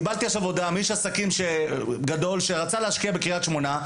עכשיו קיבלתי הודעה מאיש עסקים גדול שרצה להשקיע בקריית שמונה,